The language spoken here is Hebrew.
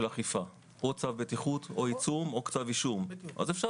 אכיפה: או צו בטיחות או עיצום או כתב אישום אז אפשר